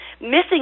Missing